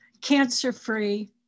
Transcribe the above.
cancer-free